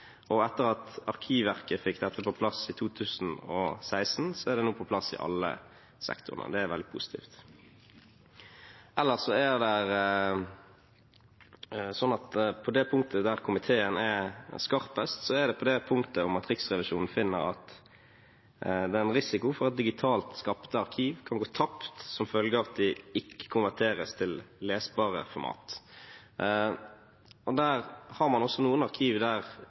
og etter at Arkivverket fikk dette på plass i 2016, er det nå på plass i alle sektorene, og det er veldig positivt. Ellers er det sånn at det punktet komiteen er skarpest på, er det punktet om at Riksrevisjonen finner at det er en risiko for at digitalt skapte arkiv kan gå tapt som følge av at de ikke konverteres til lesbare format. Man har også noen arkiv der